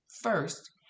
first